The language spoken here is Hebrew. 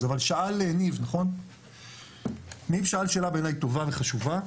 אבל שאל ניב שאלה טובה וחשובה בעיני,